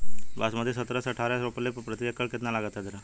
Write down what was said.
बासमती सत्रह से अठारह रोपले पर प्रति एकड़ कितना लागत अंधेरा?